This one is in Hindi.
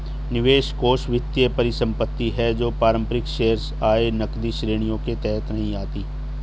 निवेश कोष वित्तीय परिसंपत्ति है जो पारंपरिक शेयर, आय, नकदी श्रेणियों के तहत नहीं आती